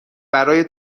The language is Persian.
برای